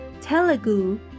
Telugu